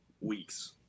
weeks